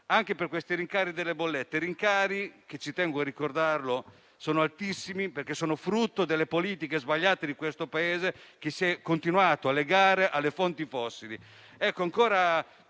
anche per i rincari delle bollette, che - tengo a ricordarlo - sono altissimi, perché sono frutto delle politiche sbagliate di questo Paese che si è continuato a legare alle fonti fossili.